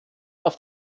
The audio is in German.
auf